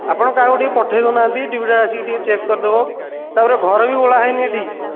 ଆପଣ କାହାକୁ ଟିକିଏ ପଠାଇଦେଉନାହାନ୍ତି ଟିଭିଟା ଆସିକି ଟିକେ ଚେକ୍ କରି ଦେବ ତା'ପରେ ଘର ବି ଓଳା ହୋଇନି ଏଠି